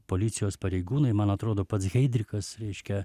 policijos pareigūnai man atrodo pats heidrichas reiškia